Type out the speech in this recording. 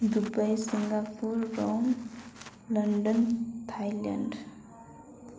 Dubai Singapore Rome London Thailand